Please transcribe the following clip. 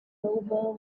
novel